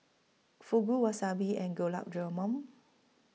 Fugu Wasabi and Gulab Jamun